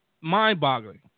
mind-boggling